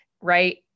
right